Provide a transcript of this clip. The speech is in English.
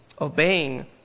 obeying